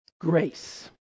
grace